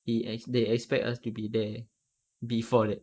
he ex~ they expect us to be there before that